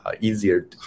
easier